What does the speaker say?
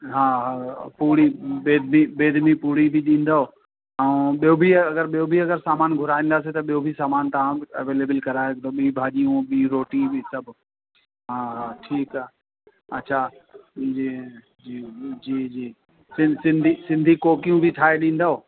हा पूरी बेद बेदनी पूरी बि ॾींदव ऐं ॿियो बि अगरि ॿियो बि अगरि सामान घुराईंदासी त ॿियो बि सामान तव्हां एवेलेबिल कराए ॿीं भाॼियूं ॿीं रोटी बि सभु हा हा ठीकु आहे अच्छा जी जी जी सिं सिंधी सिंधी कोकियूं बि ठाहे ॾींदव